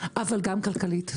אבל גם כלכלית.